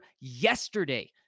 yesterday